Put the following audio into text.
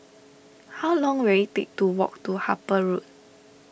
how long will it take to walk to Harper Road